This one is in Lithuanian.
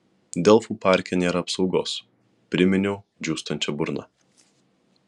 delfų parke nėra apsaugos priminiau džiūstančia burna